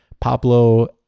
Pablo